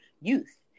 youth